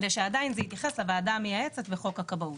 כדי שעדיין זה יתייחס לוועדה המייעצת וחוק הכבאות.